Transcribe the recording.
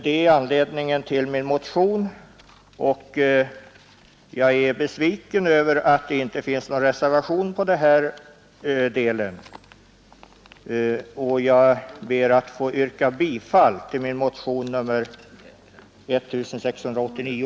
Detta är anledningen till min motion. Jag är besviken över att det inte förekommer någon reservation denna del. Jag ber, fru talman, att få yrka bifall till min motion nr 1689.